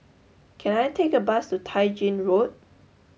can I take a bus to Tai Gin Road